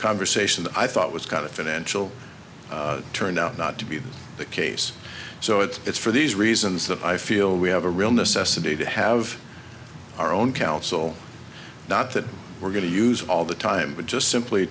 conversation i thought was kind of financial turned out not to be the case so it's for these reasons that i feel we have a real necessity to have our own counsel not that we're going to use all the time but just simply